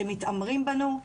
שמתעמרים בנו,